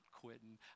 quitting